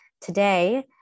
today